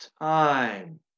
time